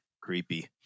creepy